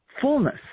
fullness